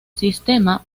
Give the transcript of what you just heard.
sistema